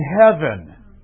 heaven